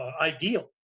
ideal